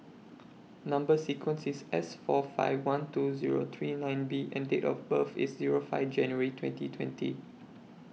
Number sequence IS S four five one two Zero three nine B and Date of birth IS Zero five January twenty twenty